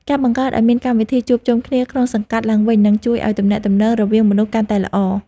ការបង្កើតឱ្យមានកម្មវិធីជួបជុំគ្នាក្នុងសង្កាត់ឡើងវិញនឹងជួយឱ្យទំនាក់ទំនងរវាងមនុស្សកាន់តែល្អ។